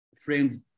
friends